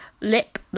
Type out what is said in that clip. lip